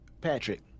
Patrick